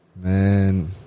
Man